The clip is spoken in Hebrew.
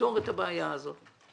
לפתור את הבעיה הזאת.